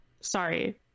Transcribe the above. sorry